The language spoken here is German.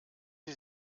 sie